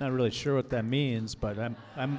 not really sure what that means but i'm i'm